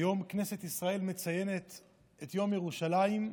היום כנסת ישראל מציינת את יום ירושלים,